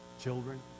children